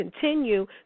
continue